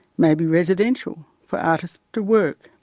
maybe residential, for artists to work.